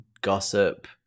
gossip